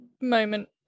moment